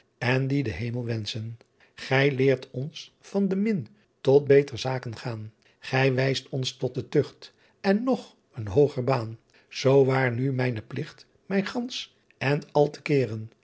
en die den hemel wenschen hy leert ons van de min tot beter saken gaen hy wijst ons totte tucht en noch een hoogher baen o waer nu myne plicht my gansch end al te keeren